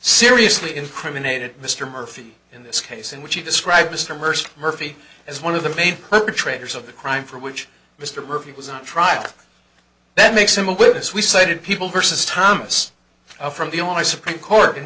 seriously incriminated mr murphy in this case in which he described mr mercer murphy as one of the main perpetrators of the crime for which mr murphy was on trial that makes him a witness we sighted people versus thomas from the only supreme court in